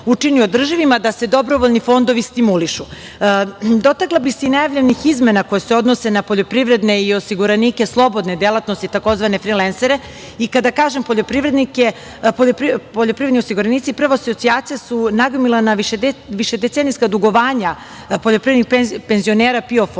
učini održivim, a da se dobrovoljni fondovi stimulišu. Dotakla bih se i najavljenih izmena koje se odnose na poljoprivredne i osiguranike slobodne delatnosti, takozvane frilensere. Kada kažem poljoprivredni osiguranici, prva asocijacija su nagomilana višedecenijska dugovanja poljoprivrednih penzionera PIO